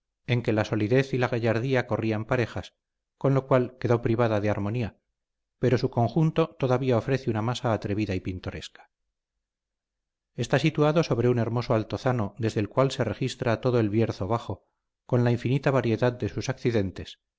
en que la solidez y la gallardía corrían parejas con lo cual quedó privada de armonía pero su conjunto todavía ofrece una masa atrevida y pintoresca está situado sobre un hermoso altozano desde el cual se registra todo el bierzo bajo con la infinita variedad de sus accidentes